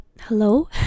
Hello